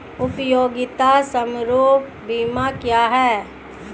उपयोगिता समारोह बीमा क्या है?